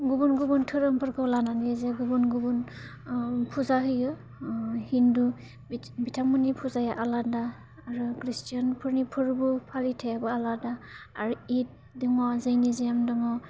गुबुन गुबुन दोहोरोमफोरखौ लानानै जे गुबुन गुबुन फुजा होयो हिन्दु बिथांमोननि फुजाया आलादा आरो ख्रिष्टानफोरनि फोरबो फालिथाइआबो आलादा आरो इद दङ जायनि जन दङ